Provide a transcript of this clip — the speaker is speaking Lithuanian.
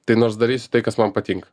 tai nors darysiu tai kas man patinka